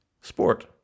Sport